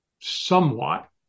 somewhat